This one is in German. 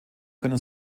können